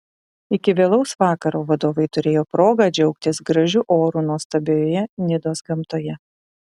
iki vėlaus vakaro vadovai turėjo progą džiaugtis gražiu oru nuostabioje nidos gamtoje